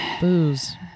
Booze